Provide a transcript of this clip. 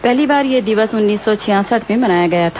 पहली बार यह दिवस उन्नीस सौ छियासठ में मनाया गया था